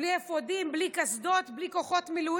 בלי אפודים, בלי קסדות, בלי כוחות מילואים.